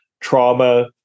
trauma